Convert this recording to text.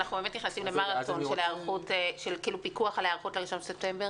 אנחנו נכנסים למרתון של פיקוח על היערכות לקראת 1 בספטמבר.